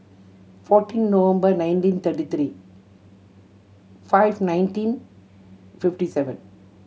fourteen November nineteen thirty three five nineteen fifty seven